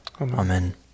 Amen